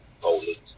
holy